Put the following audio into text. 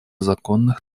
законных